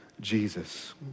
Jesus